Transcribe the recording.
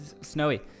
snowy